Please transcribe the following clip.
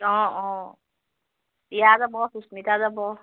অঁ অঁ দীযা যাব সুস্মিতা যাব